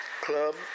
Club